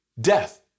death